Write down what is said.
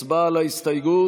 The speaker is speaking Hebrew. הצבעה על ההסתייגות.